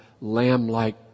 lamb-like